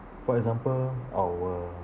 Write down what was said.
for example our